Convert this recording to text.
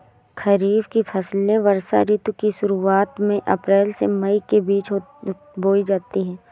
खरीफ की फसलें वर्षा ऋतु की शुरुआत में अप्रैल से मई के बीच बोई जाती हैं